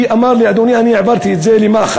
והוא אמר לי: אדוני, אני העברתי את זה למח"ש.